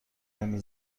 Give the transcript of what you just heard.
نمی